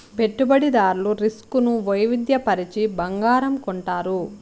పెట్టుబడిదారులు రిస్క్ ను వైవిధ్య పరచి బంగారం కొంటారు